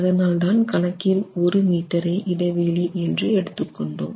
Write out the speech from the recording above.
அதனால்தான் கணக்கில் 1 மீட்டரை இடைவெளி என்று எடுத்துக் கொண்டோம்